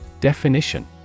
Definition